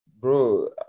Bro